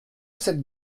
cette